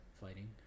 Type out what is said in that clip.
Fighting